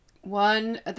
One